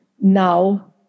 now